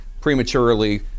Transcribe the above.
prematurely